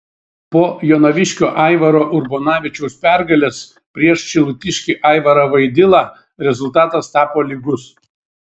po jonaviškio aivaro urbonavičiaus pergalės prieš šilutiškį aivarą vaidilą rezultatas tapo lygus